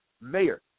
mayor